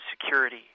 security